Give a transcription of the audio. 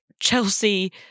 Chelsea